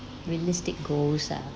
realistic goals are